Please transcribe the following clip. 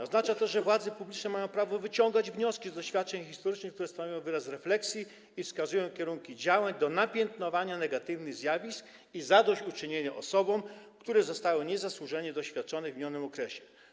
Oznacza to, że władze publiczne mają prawo wyciągać wnioski z doświadczeń historycznych, które stanowią wyraz refleksji i wskazują kierunki działań do napiętnowania negatywnych zjawisk i zadośćuczynienia osobom, które zostały niezasłużenie doświadczone w minionym okresie.